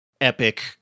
epic